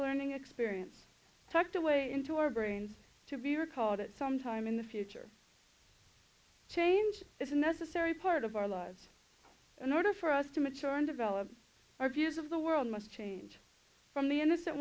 learning experience tucked away into our brains to be recalled at some time in the future change is a necessary part of our lives in order for us to mature and develop our views of the world must change from the innocent